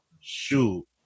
shoot